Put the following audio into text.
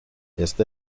este